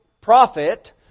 prophet